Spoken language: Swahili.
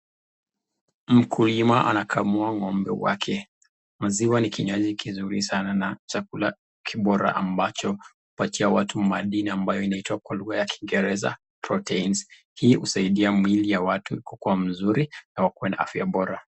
Mkulima anakamua ng'ombe lake, maziwa ni kinywaji kizuri sana, na ni chakula kibora ambacho hupatia watu madini ambayo huitwa kwa lugha ya kingereza proteins ,hii husaidia mili ya watu kukuwa mzuri, na kuwa na afya bora.